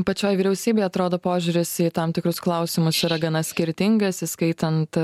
pačioj vyriausybėj atrodo požiūris į tam tikrus klausimus yra gana skirtingas įskaitant